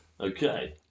Okay